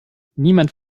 niemand